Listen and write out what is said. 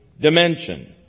dimension